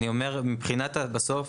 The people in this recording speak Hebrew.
בסוף,